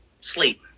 sleep